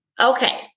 Okay